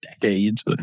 decades